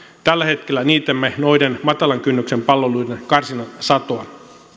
tällä hetkellä niitämme noiden matalan kynnyksen palveluiden karsinnan satoa